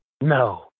No